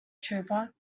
trooper